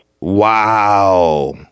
Wow